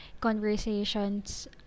conversations